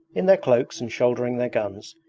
in their cloaks and shouldering their guns,